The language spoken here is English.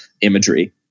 imagery